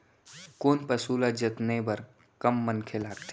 कोन पसु ल जतने बर कम मनखे लागथे?